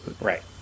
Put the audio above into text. Right